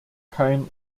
kein